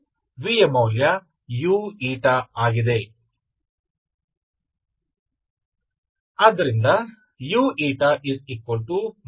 vಯ ಮೌಲ್ಯ uಆಗಿದೆ